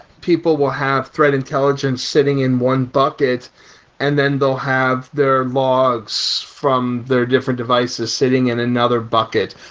people will have threat intelligence sitting in one bucket and then they'll have their logs from their different devices sitting in another bucket,